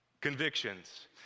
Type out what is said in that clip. convictions